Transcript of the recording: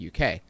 UK